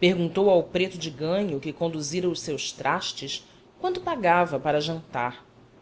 perguntou ao preto de ganho que conduzira os seus trastes quanto pagava para jantar